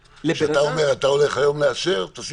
כשאתה אומר: אתה הולך היום לאשר תשים